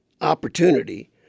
opportunity